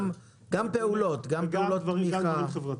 וגם שדרוג חברתי.